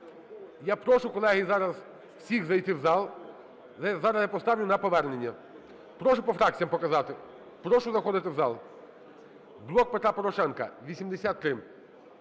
Я прошу, колеги, зараз всіх зайти в зал. Зараз я поставлю на повернення. Прошу по фракціям показати. Прошу заходити в зал. "Блок Петра Порошенка" –